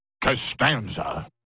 Costanza